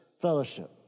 fellowship